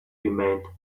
remained